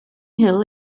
hill